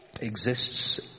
exists